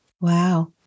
Wow